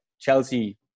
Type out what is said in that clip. Chelsea